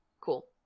Cool